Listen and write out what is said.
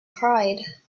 pride